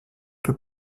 peu